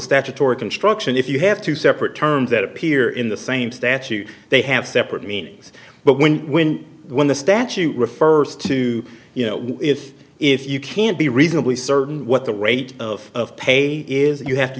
statutory construction if you have two separate terms that appear in the same statute they have separate meanings but when when when the statute refers to you know if if you can't be reasonably certain what the rate of pay is you have to